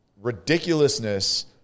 ridiculousness